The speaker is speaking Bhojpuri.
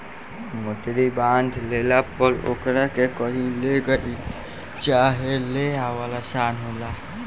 मोटरी बांध लेला पर ओकरा के कही ले गईल चाहे ले आवल आसान होला